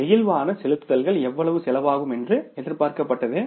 நெகிழ்வான செலுத்துதல்கள் எவ்வளவு செலவாகும் என்று எதிர்பார்க்கப்பட்டது